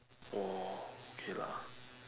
oh okay lah